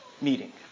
meeting